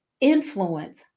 influence